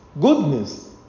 goodness